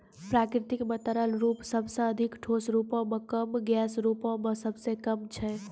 प्रकृति म तरल रूप सबसें अधिक, ठोस रूपो म कम, गैस रूपो म सबसे कम छै